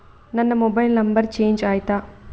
ನನ್ನ mobile number change ಆಯ್ತಾ?